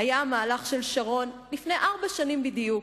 היה המהלך של שרון לפני ארבע שנים בדיוק,